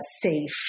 safe